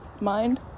mind